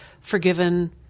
forgiven